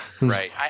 Right